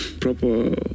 Proper